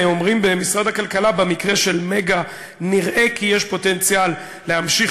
אומרים במשרד הכלכלה שבמקרה של "מגה" נראה כי יש פוטנציאל להמשיך